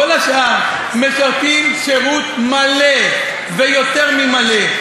וכל השאר משרתים שירות מלא ויותר ממלא.